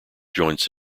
joints